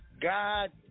God